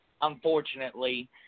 unfortunately